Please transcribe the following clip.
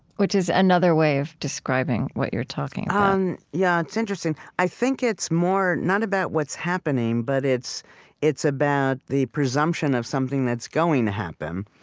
which is another way of describing what you're talking about yeah, it's interesting. i think it's more not about what's happening, but it's it's about the presumption of something that's going to happen.